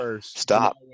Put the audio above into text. Stop